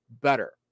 better